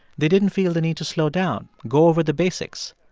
they didn't feel the need to slow down, go over the basics,